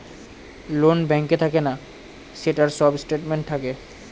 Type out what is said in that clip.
loan ব্যাঙ্কে থাকে না, সেটার সব স্টেটমেন্ট থাকে